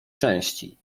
części